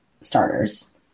starters